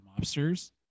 mobsters